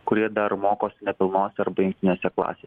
kurie dar mokosi nepilnose arba jungtinėse klasės